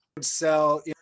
sell